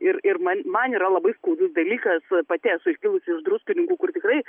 ir ir man man yra labai skaudus dalykas pati esu aš kilusi iš druskininkų kur tikrai